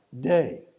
day